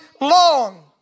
long